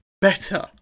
better